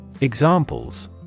Examples